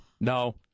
no